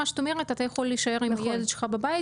מה שאת אומרת זה שאדם יכול להישאר עם הילד שלו בבית,